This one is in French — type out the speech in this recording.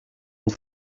une